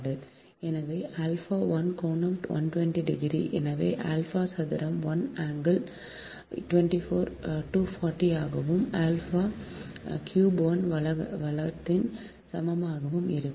எனவே ஆல்பா 1 கோணம் 120 டிகிரி எனவே ஆல்பா சதுரம் 1 ஆங்கிள் 240 ஆகவும் ஆல்பா கியூப் 1 வலத்திற்கு சமமாகவும் இருக்கும்